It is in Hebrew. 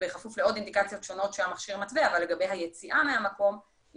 יש עוד אינדיקציות שונות שהמכשיר מתווה אבל לגבי היציאה מהמקום הוא